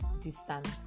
distance